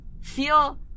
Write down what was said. feel